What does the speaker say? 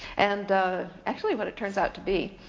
and actually what it turns out to be,